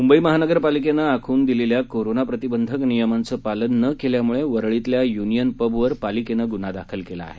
मुंबई महानगर पालिकेनं आखून दिलेल्या कोरोना प्रतिबंधक नियमांचं पालन न केल्यामुळे वरळीतल्या युनियन पबवर पालिकेनं गुन्हा दाखल केला आहे